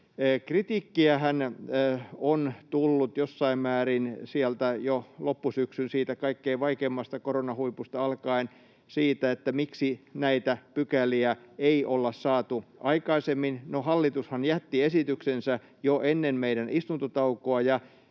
määrin jo sieltä loppusyksyn kaikkein vaikeimmasta koronahuipusta alkaen siitä, miksi näitä pykäliä ei olla saatu aikaisemmin. No, hallitushan jätti esityksensä jo ennen meidän istuntotaukoamme,